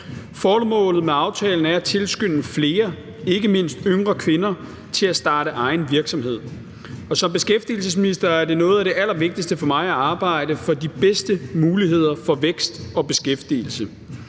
Formålet med aftalen er at tilskynde flere, ikke mindst yngre kvinder, til at starte egen virksomhed, og som beskæftigelsesminister er noget af det allervigtigste for mig at arbejde for de bedste muligheder for vækst og beskæftigelse.